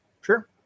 Sure